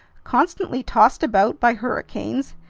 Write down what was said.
constantly tossed about by hurricanes,